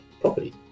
property